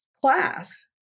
class